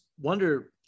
wonder